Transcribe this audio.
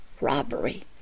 robbery